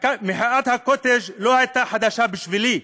מחאת הקוטג' לא הייתה חדשה בשבילי.